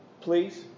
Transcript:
please